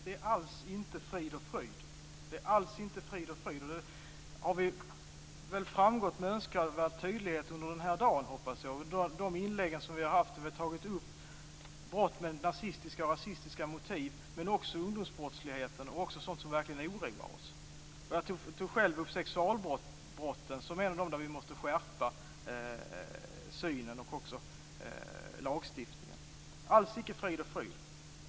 Fru talman! Det är alls inte frid och fröjd. Det har väl framgått med önskvärd tydlighet under den här dagen, hoppas jag. I inläggen har vi tagit upp brott med nazistiska och rasistiska motiv. Ungdomsbrottsligheten har också tagits upp, och annat sådant som verkligen oroar oss. Jag tog själv upp sexualbrotten som ett av de områden där vi måste skärpa synen och även lagstiftningen. Det är alltså alls icke frid och fröjd.